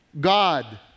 God